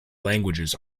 languages